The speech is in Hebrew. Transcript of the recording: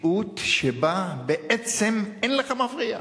במציאות שבה בעצם אין לך מפריע,